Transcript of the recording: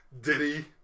Diddy